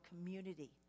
community